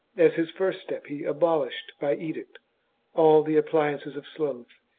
as his first step, he abolished by edict all the appliances of sloth,